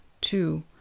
two